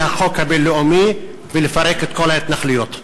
החוק הבין-לאומי ולפרק את כל ההתנחלויות?